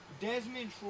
Desmond